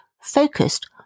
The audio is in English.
focused